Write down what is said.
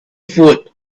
food